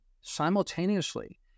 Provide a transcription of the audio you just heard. simultaneously